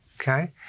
okay